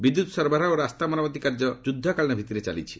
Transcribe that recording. ବିଦ୍ୟୁତ୍ ସରବରାହ ଓ ରାସ୍ତା ମରାମତି କାର୍ଯ୍ୟ ଯୁଦ୍ଧକାଳୀନ ଭିତ୍ତିରେ ଚାଲିଛି